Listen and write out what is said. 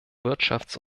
wirtschafts